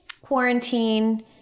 quarantine